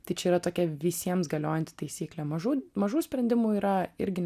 tai čia yra tokia visiems galiojanti taisyklė mažų mažų sprendimų yra irgi